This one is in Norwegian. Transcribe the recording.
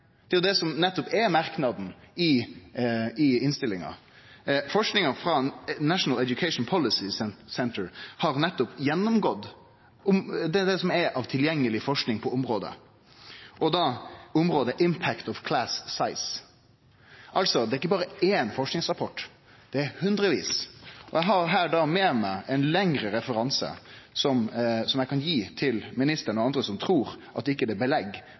det er nettopp det som er merknaden i innstillinga. Forskinga frå National Education Policy Center har nettopp gjennomgått det som er av tilgjengeleg forsking på området, og da på området «Impact of Class Size». Det er altså ikkje berre éin forskingsrapport, det er hundrevis. Eg har her med meg ein lengre referanse som eg kan gi til ministeren og andre som trur at det ikkje er belegg for å seie at klassestorleik har betydning. Det er